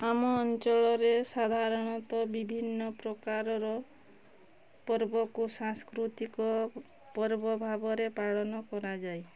ଆମ ଅଞ୍ଚଳରେ ସାଧାରଣତଃ ବିଭିନ୍ନ ପ୍ରକାରର ପର୍ବକୁ ସାଂସ୍କୃତିକ ପର୍ବ ଭାବରେ ପାଳନ କରାଯାଏ